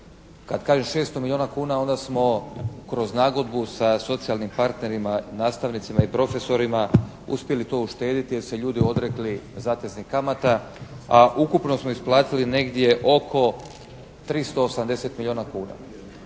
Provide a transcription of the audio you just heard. Kad kažem 600 milijuna kuna onda smo kroz nagodbu sa socijalnim partnerima, nastavnicima i profesorima uspjeli to uštedjeti jer su se ljudi odrekli zateznih kamata, a ukupno smo isplatili negdje oko 380 milijuna kuna.